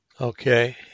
Okay